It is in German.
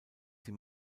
sie